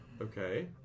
Okay